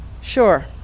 Sure